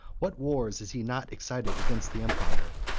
what wars has he not excited against the empire!